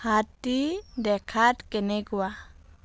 হাতী দেখাত কেনেকুৱা